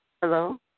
Hello